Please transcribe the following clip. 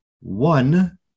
one